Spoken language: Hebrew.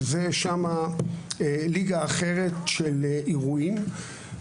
ששם ליגה אחרת של אירועים.